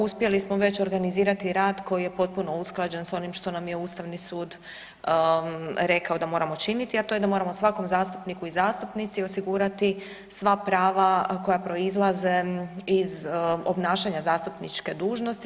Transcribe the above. Uspjeli smo već organizirati rad koji je potpuno usklađen s onim što nam je ustavni sud rekao da moramo činiti, a to je da moramo svakom zastupniku i zastupnici osigurati sva prava koja proizlaze iz obnašanja zastupničke dužnosti.